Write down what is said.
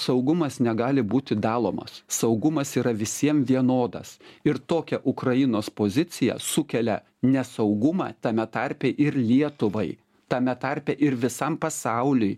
saugumas negali būti dalomas saugumas yra visiems vienodas ir tokia ukrainos pozicija sukelia nesaugumą tame tarpe ir lietuvai tame tarpe ir visam pasauliui